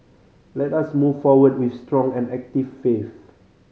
let us move forward with strong and active faith